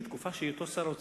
בתקופה של היותו שר האוצר,